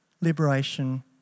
liberation